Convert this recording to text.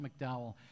McDowell